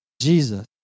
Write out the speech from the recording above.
Jesus